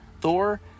Thor